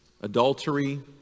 adultery